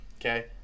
okay